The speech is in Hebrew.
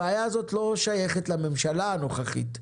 הבעיה הזאת לא שייכת לממשלה הנוכחית,